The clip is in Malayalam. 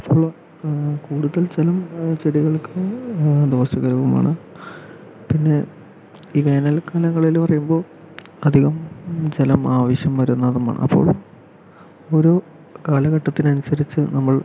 കൂടുതൽ ചില ചെടികൾക്കും ദോഷകരവുമാണ് പിന്നെ ഈ വേനൽക്കാലങ്ങളിൽ എന്ന് പറയുമ്പോ അധികം ചിലത് ആവശ്യം വരുന്നതുമാണ് അപ്പോ ഓരോ കാലഘട്ടത്തിന് അനുസരിച്ച് നമ്മൾ